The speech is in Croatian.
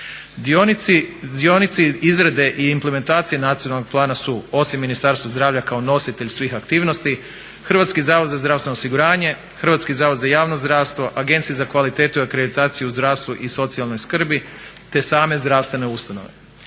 Dionici izrade i implementacije nacionalnog plana su osim Ministarstva zdravlja kao nositelj svih aktivnosti, HZZO, Hrvatski zavod za javno zdravstvo, Agencija za kvalitetu i akreditaciju u zdravstvu i socijalnoj skrbi, te same zdravstvene ustanove.